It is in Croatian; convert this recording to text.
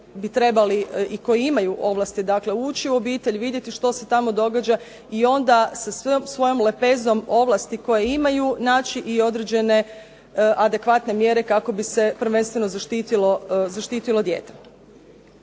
koji imaju ovlasti ući u obitelji, vidjeti što se tamo događa i sa svojom lepezom ovlasti koje imaju naći određene adekvatne mjere kako bi se zaštitilo dijete.